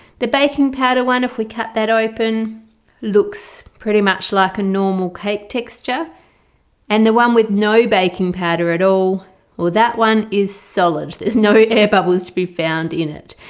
the baking powder one if we cut that open looks pretty much like a normal cake texture and the one with no baking powder at all or that one is solid there's no air bubbles to be found in it.